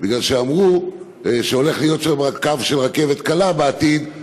כי אמרו שהולך להיות שם קו של רכבת קלה בעתיד,